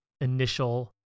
initial